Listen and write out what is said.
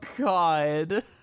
God